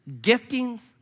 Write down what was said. giftings